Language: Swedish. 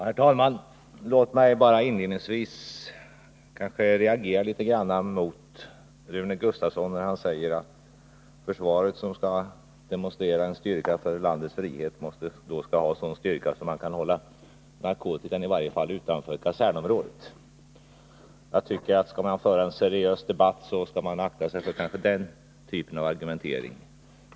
Herr talman! Låt mig inledningsvis få reagera litet mot att Rune Gustavsson säger att försvaret, som skall demonstrera styrka för landets frihet, måste ha en sådan styrka att man i varje fall kan hålla narkotikan utanför kasernområdet. Skall man föra en seriös debatt bör man kanske akta sig för den typen av argumentering.